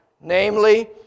namely